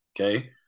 okay